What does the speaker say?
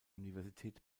universität